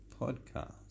podcast